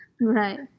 right